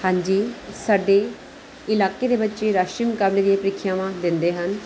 ਹਾਂਜੀ ਸਾਡੇ ਇਲਾਕੇ ਦੇ ਬੱਚੇ ਰਾਸ਼ਟਰੀ ਮੁਕਾਬਲੇ ਦੀ ਪ੍ਰੀਖਿਆਵਾਂ ਦਿੰਦੇ ਹਨ